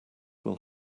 will